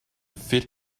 fit